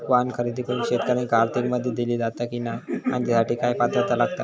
वाहन खरेदी करूक शेतकऱ्यांका आर्थिक मदत दिली जाता की नाय आणि त्यासाठी काय पात्रता लागता?